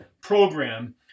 program